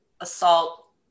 assault